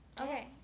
Okay